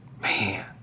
man